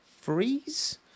freeze